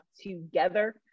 together